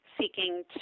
seeking